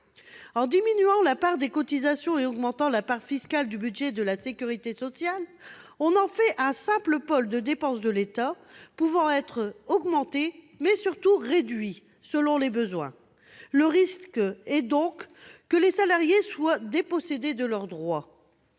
En diminuant la part des cotisations et en augmentant la part fiscale du budget de la sécurité sociale, on en fait un simple pôle de dépenses de l'État, pouvant être augmenté, mais surtout réduit, selon les besoins. Le risque est donc que les salariés soient dépossédés de leurs droits.